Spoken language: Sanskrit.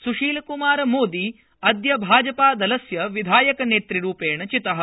स्शीलक्मारमोदी अद्य भाजपादलस्य विधायकनेत्रूपेण चितः